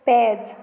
पेज